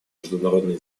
международной